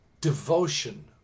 devotion